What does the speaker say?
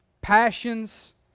passions